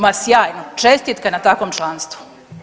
Ma sjajno, čestitke na takvom članstvu.